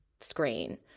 screen